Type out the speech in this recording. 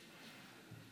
נצביע.